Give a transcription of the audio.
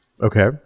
Okay